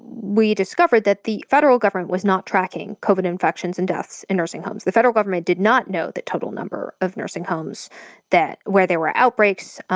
we discovered that the federal government was not tracking covid infections and deaths in nursing homes. the federal government did not know the total number of nursing homes where there were outbreaks.